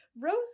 Rose